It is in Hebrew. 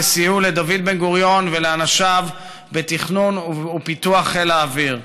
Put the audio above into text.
וסייעו לדוד בן-גוריון ולאנשיו בתכנון ובפיתוח של חיל האוויר.